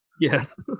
Yes